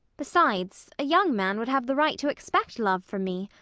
besides, a young man would have the right to expect love from me,